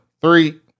three